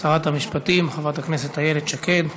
שרת המשפטים חברת הכנסת איילת שקד.